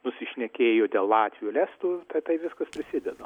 nusišnekėjo dėl latvių ir estų tai tai viskas prisideda